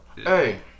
Hey